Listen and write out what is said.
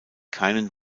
keinen